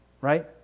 right